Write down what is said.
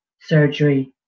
surgery